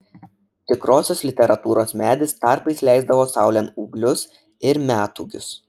tikrosios literatūros medis tarpais leisdavo saulėn ūglius ir metūgius